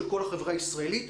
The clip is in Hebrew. של כל החברה הישראלית,